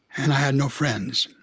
and i had no friends,